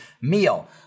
meal